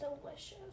delicious